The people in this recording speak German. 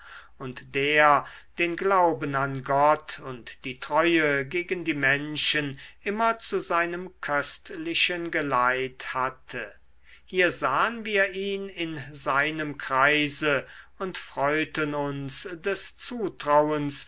und der den glauben an gott und die treue gegen die menschen immer zu seinem köstlichen geleit hatte hier sahen wir ihn in seinem kreise und freuten uns des zutrauens